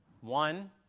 One